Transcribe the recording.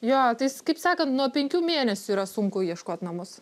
jo tais kaip sakant nuo penkių mėnesių yra sunku ieškot namus